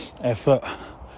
effort